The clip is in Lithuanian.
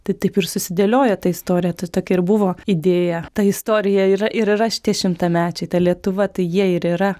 tai taip ir susidėliojo ta istorija tai tokia ir buvo idėja ta istorija yra ir yra šitie šimtamečiai ta lietuva tai jie ir yra